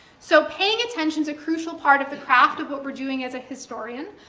so paying attention's a crucial part of the craft of what we're doing as a historian.